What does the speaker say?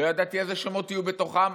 לא ידעתי איזה שמות יהיו בתוכם,